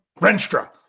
Renstra